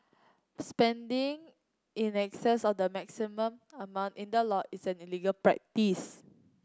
spending in excess of the maximum amount in the law is an illegal practice